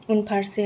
उनफारसे